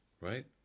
right